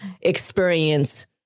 experience